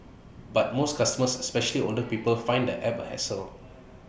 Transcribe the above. but most customers especially older people find the app A hassle